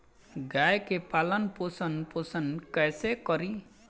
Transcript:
गाय के पालन पोषण पोषण कैसे करी?